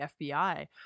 FBI